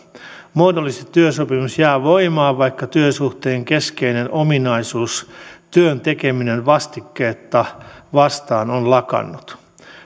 muodollisesti työsopimus jää voimaan vaikka työsuhteen keskeinen ominaisuus työn tekeminen vastiketta vastaan on lakannut